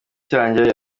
cyanjye